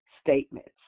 statements